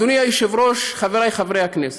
אדוני היושב-ראש, חבריי חברי הכנסת,